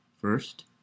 First